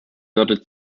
ordered